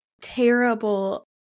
terrible